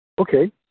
Okay